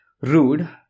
Rude